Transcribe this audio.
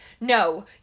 no